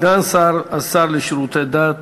סגן השר לשירותי דת